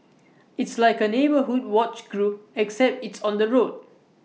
it's like A neighbourhood watch group except it's on the road